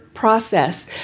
Process